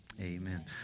Amen